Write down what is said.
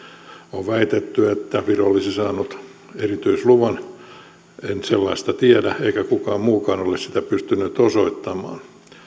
on väitetty että viro olisi saanut erityisluvan en sellaista tiedä eikä kukaan muukaan ole sitä pystynyt osoittamaan